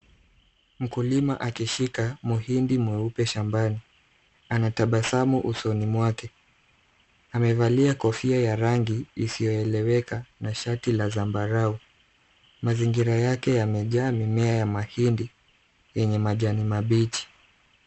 Mkulima akishika muhindi mweupe shambani. Anatabasamu usoni mwake. Amevalia kofia ya rangi isiyoeleweka na shati la zambarau. Mazingira yake yamejaa mimea ya mahindi yenye majani mabichi.